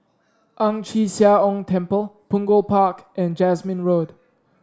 Ang Chee Sia Ong Temple Punggol Park and Jasmine Road